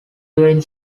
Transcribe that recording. doing